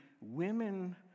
women